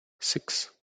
six